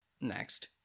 Next